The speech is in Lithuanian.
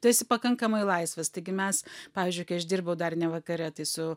tu esi pakankamai laisvas taigi mes pavyzdžiui kai aš dirbau dar ne vakare tai su